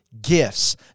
Gifts